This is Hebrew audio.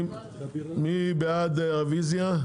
מי בעד הרביזיה?